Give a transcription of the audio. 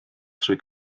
trwy